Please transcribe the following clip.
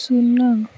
ଶୂନ